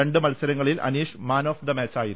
രണ്ട് മത്സര ങ്ങളിൽ അനീഷ് മാൻ ഓഫ് ദ മാച്ചായിരുന്നു